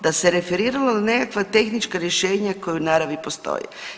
Da se referiralo na nekakva tehnička rješenja koja u naravi, postoje.